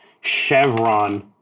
chevron